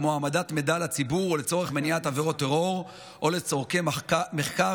כמו העמדת מידע לציבור או לצורך מניעת עבירות טרור או לצורכי מחקר,